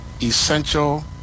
essential